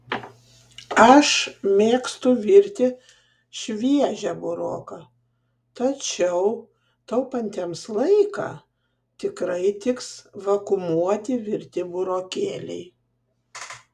aš mėgstu virti šviežią buroką tačiau taupantiems laiką tikrai tiks vakuumuoti virti burokėliai